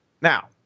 Now